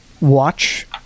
watch